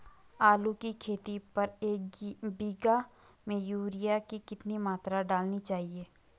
आलू की खेती पर एक बीघा में यूरिया की कितनी मात्रा डालनी चाहिए?